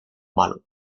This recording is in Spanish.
malo